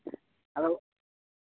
ᱟᱫᱚ